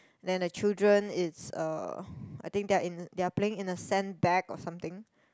then the children is uh I think they are in they are playing in the sand bag or something